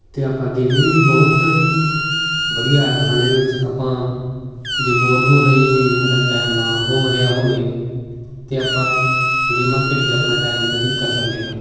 ਅਤੇ ਆਪਾਂ ਗੇਮਿੰਗ ਵੀ ਬਹੁਤ ਵਧੀਆ ਐਪ ਹਨ ਇਹਦੇ ਵਿੱਚ ਆਪਾਂ ਜੇ ਬੋਰ ਹੋ ਰਹੀਏ ਹੋਈਏ ਸਾਡਾ ਟਾਈਮ ਨਾ ਹੋ ਰਿਹਾ ਹੋਵੇ ਤਾਂ ਆਪਾਂ ਗੇਮਾਂ ਖੇਡ ਕੇ ਆਪਣਾ ਟਾਈਮ ਬਤੀਤ ਕਰ ਸਕਦੇ ਹਾਂ